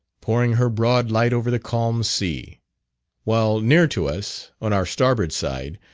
pouring her broad light over the calm sea while near to us, on our starboard side,